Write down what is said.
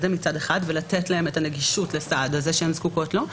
זה ולתת להם את הנגישות לסעד הזה שהן זקוקות לו,